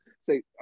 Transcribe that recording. say